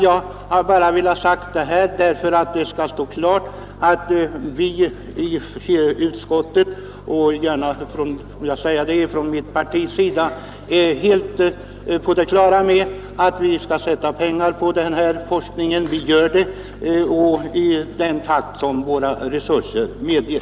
Jag har bara velat säga detta för att det skall stå klart att vi i utskottet — och jag vill säga även i mitt parti — är helt på det klara med att vi skall anslå pengar till denna forskning. Det görs ju också i den takt som våra resurser medger.